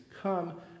Come